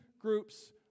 groups